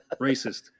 racist